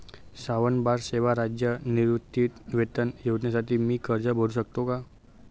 श्रावणबाळ सेवा राज्य निवृत्तीवेतन योजनेसाठी मी अर्ज करू शकतो का?